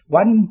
one